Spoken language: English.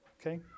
Okay